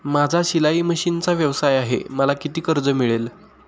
माझा शिलाई मशिनचा व्यवसाय आहे मला किती कर्ज मिळेल?